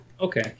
Okay